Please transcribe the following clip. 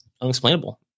unexplainable